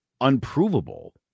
unprovable